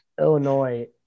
Illinois